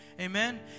Amen